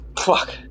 Fuck